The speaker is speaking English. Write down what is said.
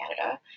Canada